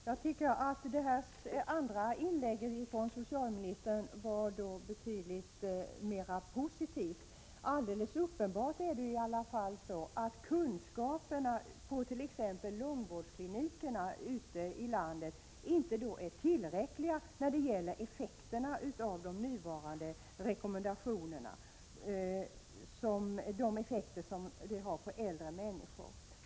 Fru talman! Socialministerns andra inlägg var betydligt mer positivt. Det är alldeles uppenbart att kunskaperna på t.ex. lungvårdsklinikerna ute i landet inte är tillräckliga när det gäller effekterna på äldre människor av vissa mediciner i nu rekommenderade doseringar.